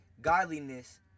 godliness